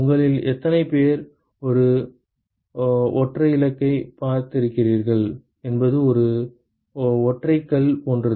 உங்களில் எத்தனை பேர் ஒரு ஒற்றைக்கல்லைப் பார்த்திருக்கிறீர்கள் என்பது ஒரு ஒற்றைக்கல் போன்றது